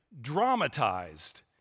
dramatized